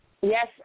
Yes